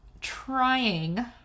trying